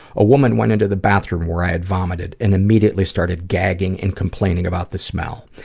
a woman went into the bathroom where i had vomited and immediately started gagging and complaining about the smell.